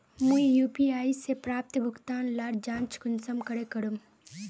मुई यु.पी.आई से प्राप्त भुगतान लार जाँच कुंसम करे करूम?